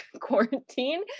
quarantine